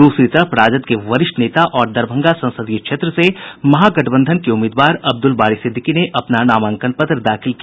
दूसरी तरफ राजद के वरिष्ठ नेता और दरभंगा संसदीय क्षेत्र से महागठबंधन के उम्मीदवार अब्दुल बारी सिद्दिकी ने अपना नामांकन पत्र दाखिल किया